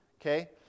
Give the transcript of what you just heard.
okay